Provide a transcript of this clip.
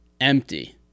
empty